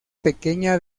pequeña